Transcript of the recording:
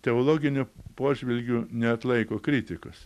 teologiniu požvilgiu neatlaiko kritikos